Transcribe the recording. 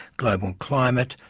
global climate,